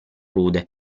rude